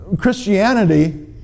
Christianity